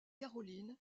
caroline